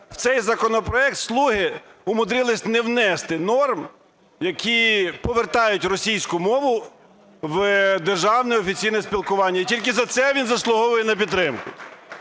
В цей законопроект "слуги" умудрились не внести норм, які повертають російську мову в державне офіційне спілкування. І тільки за це він заслуговує на підтримку.